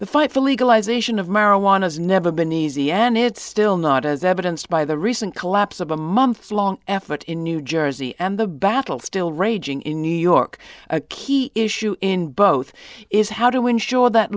the fight for legalization of marijuana has never been easy and it's still not as evidenced by the recent collapse of a months long effort in new jersey and the battle still raging in new york a key issue in both is how do we ensure that